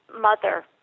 mother